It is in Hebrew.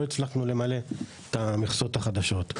לא הצלחנו למלא את המכסות החדשות.